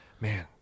Man